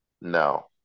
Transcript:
No